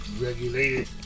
regulated